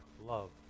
love